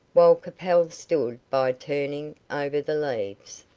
while capel stood by turning over the leaves.